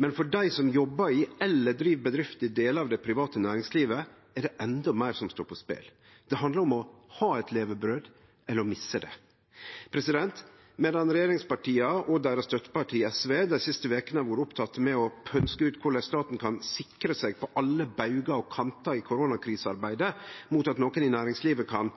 Men for dei som jobbar i eller driv bedrifter i delar av det private næringslivet, er det endå meir som står på spel. Det handlar om å ha eit levebrød eller å misse det. Medan regjeringspartia og deira støtteparti SV i koronakrisearbeidet dei siste vekene har vore opptekne med å pønske ut korleis staten kan sikre seg på alle baugar og kantar mot at nokon i næringslivet kan